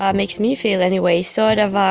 um makes me feel anyway, sort of, ah